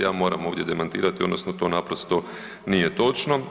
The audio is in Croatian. Ja moram ovdje demantirati, odnosno to naprosto nije točno.